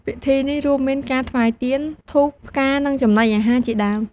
ពិធីនេះរួមមានការថ្វាយទៀន ធូប ផ្កា និងចំណីអាហារជាដើម។